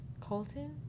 Colton